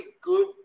good